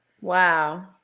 Wow